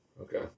Okay